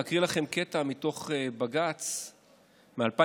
להקריא לכם קטע מתוך בג"ץ מ-2007,